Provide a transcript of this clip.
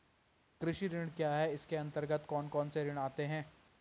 कृषि ऋण क्या है इसके अन्तर्गत कौन कौनसे ऋण आते हैं?